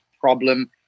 problem